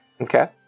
Okay